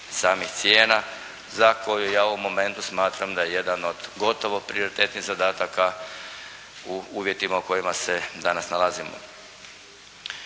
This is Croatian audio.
samih cijena za koju ja u ovom momentu smatram da je jedan od gotovo prioritetnih zadataka u uvjetima u kojima se danas nalazimo.